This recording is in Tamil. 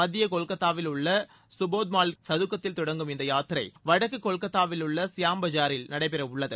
மத்திய கொல்கத்தாவிலுள்ள கபத்மாலிக் சதுக்கத்தில் தொடங்கும் இந்த யாத்திரை வடக்கு கொல்கத்தாவிலுள்ள ஷியாம்பஜாரில் நடைபெறவுள்ளது